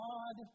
God